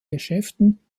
geschäften